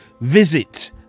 visit